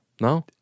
no